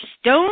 stone